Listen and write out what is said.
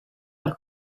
per